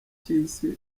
cy’isi